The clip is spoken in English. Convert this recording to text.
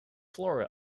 flora